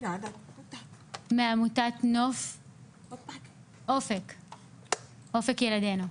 מעמותת אופק ילדינו.